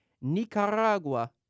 Nicaragua